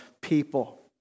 people